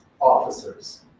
officers